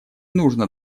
нужно